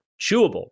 chewable